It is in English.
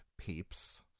peeps